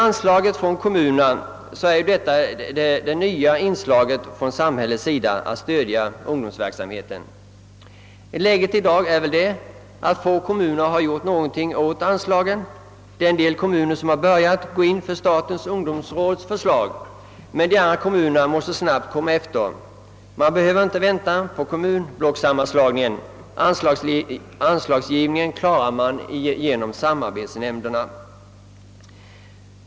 Anslagen från kommunerna är det nya inslaget från samhällets sida när det gäller att stödja ungdomsorganisatio nerna. Läget i dag är väl att få kommuner har gjort någonting åt anslagen. En del kommuner har börjat gå in för statens ungdomsråds förslag, men övriga måste snabbt komma efter. Det är inte nödvändigt att vänta på kommunblockssammanslagningen, eftersom anslagsgivningen kan klaras i samarbetsnämnderna.